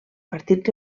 partit